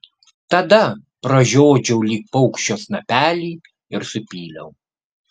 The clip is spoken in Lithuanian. tada pražiodžiau lyg paukščio snapelį ir supyliau